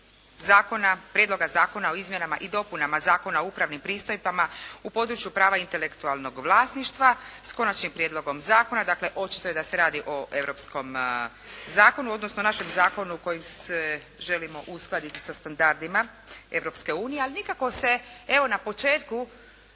zakona, Prijedloga zakona o izmjenama i dopunama Zakona o upravnim pristojbama u području prava intelektualnog vlasništva, s Konačnim prijedlogom zakona, dakle očito je da se radi o europskom zakonu, odnosno našem zakonu kojim se želim uskladiti sa standardima Europske unije. Ali nikako se evo na početku